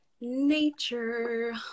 nature